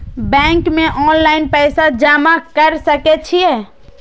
Bank में online पैसा जमा कर सके छीये?